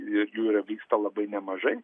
ir jų yra vyksta labai nemažai